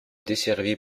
desservie